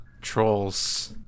trolls